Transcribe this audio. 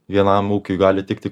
vienam ūkiui gali tikti